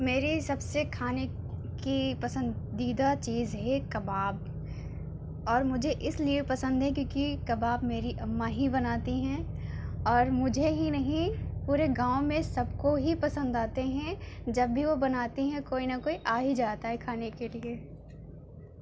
میری سب سے کھانے کی پسندیدہ چیز ہے کباب اور مجھے اس لیے پسند ہے کیونکہ کباب میری اماں ہی بناتی ہیں اور مجھے ہی نہیں پورے گاؤں میں سب کو ہی پسند آتے ہیں جب بھی وہ بناتی ہیں کوئی نا کوئی آ ہی جاتا ہے کھانے کے لیے